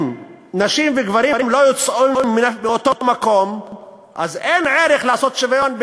אם נשים וגברים לא יצאו מאותו מקום אז אין ערך לעשות שוויון,